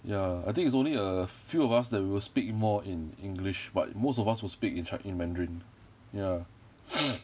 ya I think it's only a few of us that we will speak more in english but most of us will speak in chi~ in mandarin ya